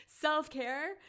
self-care